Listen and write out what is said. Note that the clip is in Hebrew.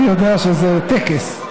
אני יודע שזה טקס.